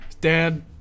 Dad